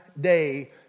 day